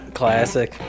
classic